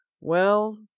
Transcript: Well